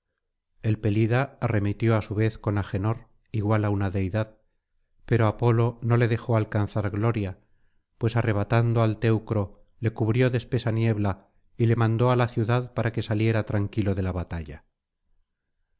el pelida arremetió á su vez con agenor igual á una deidad pero apolo no le dejó alcanzar gloria pues arrebatando al teucro le cubrió de espesa niebla y le mandó á la ciudad para que saliera tranquilo de la batalla